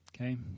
Okay